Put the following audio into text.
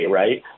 right